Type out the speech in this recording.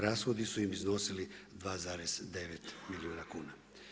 Rashodi su im iznosili 2,9 milijuna kuna.